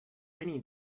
rainy